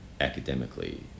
academically